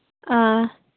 ꯑꯥ